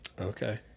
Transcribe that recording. Okay